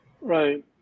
Right